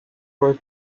were